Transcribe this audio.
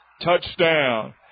Touchdown